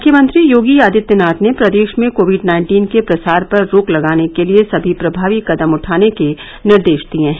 मुख्यमंत्री योगी आदित्यनाथ ने प्रदेश में कोविड नाइन्टीन के प्रसार पर रोक लगाने के लिए सभी प्रभावी कदम उठाने के निर्देश दिए हैं